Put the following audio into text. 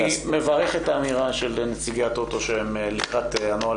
אני מברך את האמירה של נציגי הטוטו שהם לקראת הנוהל